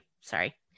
Sorry